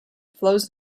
flows